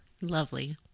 Lovely